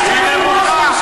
היא נמוכה.